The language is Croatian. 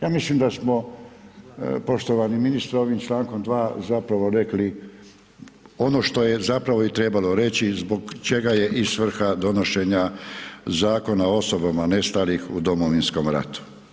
Ja mislim da smo, poštovani ministre, ovim člankom 2. zapravo rekli, ono što je zapravo i trebalo reći, zbog čega je svrha donošenja zakona osobama nestalih u Domovinskom ratu.